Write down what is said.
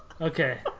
Okay